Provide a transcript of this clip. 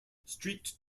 street